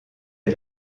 est